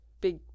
Big